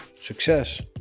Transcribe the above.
success